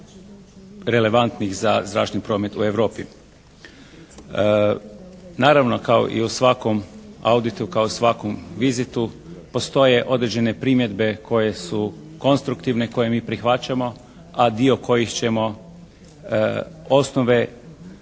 relevantnih za zračni promet u Europi. Naravno kao i u svakom «auditu», kao svakom «vizitu» postoje određene primjedbe koje su konstruktivne koje mi prihvaćamo a dio kojih ćemo osnove